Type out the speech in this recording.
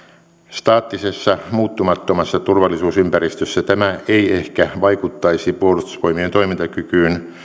staattisessa muuttumattomassa turvallisuusympäristössä tämä ei ehkä vaikuttaisi puolustusvoimien toimintakykyyn